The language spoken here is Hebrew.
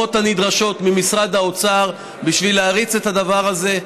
התשומות הנדרשות ממשרד האוצר בשביל להריץ את הדבר הזה,